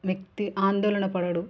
వ్యక్తి ఆందోళనపడడు